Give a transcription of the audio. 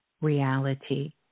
reality